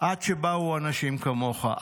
עד שבאו אנשים כמוך ---".